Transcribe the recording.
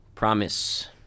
Promise